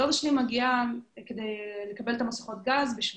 דודה שלי הגיעה כדי לקבל את המסכה עבורי